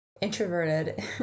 introverted